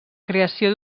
creació